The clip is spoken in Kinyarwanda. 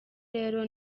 rero